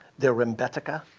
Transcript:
their rembetika,